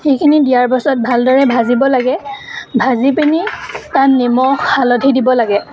সেইখিনি দিয়াৰ পাছত ভালদৰে ভাজিব লাগে ভাজি পিনি তাত নিমখ হালধি দিব লাগে